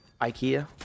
IKEA